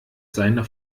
seine